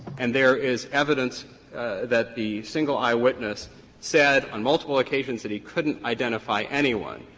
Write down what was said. and there is evidence that the single eyewitness said on multiple occasions that he couldn't identify anyone,